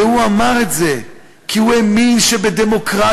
והוא אמר את זה כי הוא האמין שבדמוקרטיה